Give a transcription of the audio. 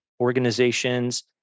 organizations